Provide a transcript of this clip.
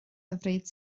hyfryd